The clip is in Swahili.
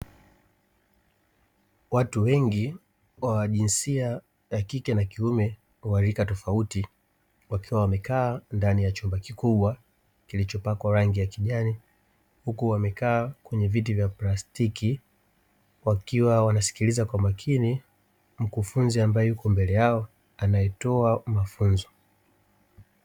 Watu wengi wa jinsia ya kike na kiume wa rika tofauti wakiwa wamekaa ndani ya chumba kikubwa kilichopakwa rangi ya kijani, huku wamekaa kwenye viti vya plastiki wakiwa wanasikiliza kwa makini mkufunzi ambaye yupo mbele yao anayetoa mafunzo.